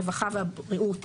הרווחה והבריאות